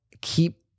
keep